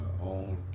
own